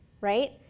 right